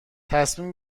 صمیم